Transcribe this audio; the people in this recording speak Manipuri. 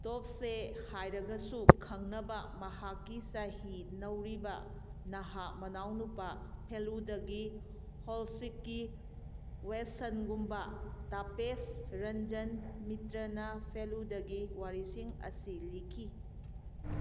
ꯇꯣꯞꯁꯦ ꯍꯥꯏꯔꯒꯁꯨ ꯈꯪꯅꯕ ꯃꯍꯥꯛꯀꯤ ꯆꯍꯤ ꯅꯧꯔꯤꯕ ꯅꯍꯥ ꯃꯅꯥꯎꯅꯨꯄꯥ ꯐꯦꯂꯨꯗꯒꯤ ꯍꯣꯜꯁꯤꯛꯀꯤ ꯋꯦꯠꯁꯟꯒꯨꯝꯕ ꯇꯥꯄꯦꯁ ꯔꯟꯖꯟ ꯃꯤꯇ꯭ꯔꯅ ꯐꯦꯂꯨꯗꯒꯤ ꯋꯥꯔꯤꯁꯤꯡ ꯑꯁꯤ ꯂꯤꯈꯤ